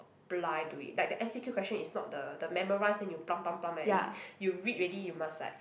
apply to it like the M_C_Q question is not the the memorise then you plum pump plum eh is you read already you must like